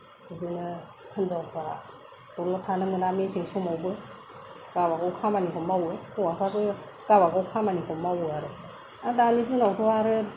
बिदिनो हिनजावफ्रा दलद थानो मोना मेसें समावबो गावबा गाव खामानिखौ मावो हौवाफ्राबो गावबा गाव खामानिखौ मावो आरो आर दानि दिनावथ' आरो